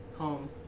home